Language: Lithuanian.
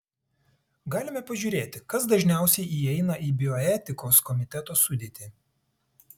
galime pažiūrėti kas dažniausiai įeina į bioetikos komiteto sudėtį